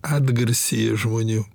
atgarsyje žmonių